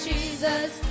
Jesus